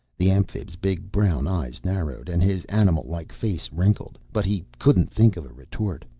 the amphib's big brown eyes narrowed and his animal-like face wrinkled, but he couldn't think of a retort.